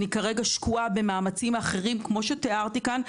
אני כרגע שקועה במאמצים אחרים, כמו שתיארתי כאן.